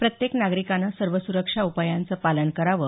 प्रत्येक नागरिकाने सर्व सुरक्षा उपायांचं पालन करावं